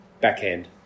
Backhand